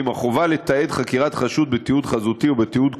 החובה לתעד חקירת חשוד בתיעוד חזותי ובתיעוד קולי,